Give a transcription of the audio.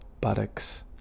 buttocks